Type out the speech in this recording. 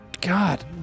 God